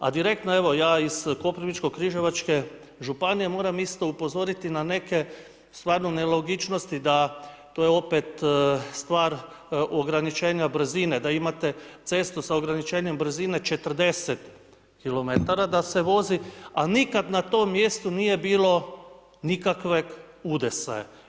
A direktno evo ja iz Koprivničko-križevačke županije moram isto upozoriti na neke stvarno nelogičnosti da, to je opet stvar ograničenja brzine, da imate cestu sa ograničenjem brzine 40 km da se vozi, a nikad na tom mjestu nije bilo nikakvog udesa.